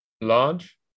large